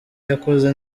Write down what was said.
yakoze